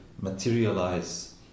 materialize